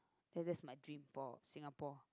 ya that's my dream for Singapore